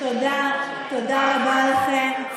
תודה רבה לכם.